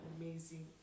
amazing